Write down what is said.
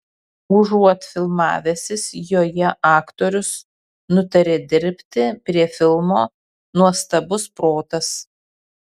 užuot filmavęsis joje aktorius nutarė dirbti prie filmo nuostabus protas